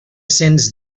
sents